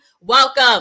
welcome